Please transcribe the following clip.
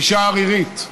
אישה ערירית.